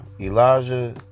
Elijah